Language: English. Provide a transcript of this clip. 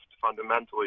fundamentally